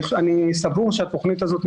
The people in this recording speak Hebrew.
אני סבור שהתוכנית הזאת,